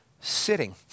sitting